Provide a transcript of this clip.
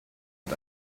mit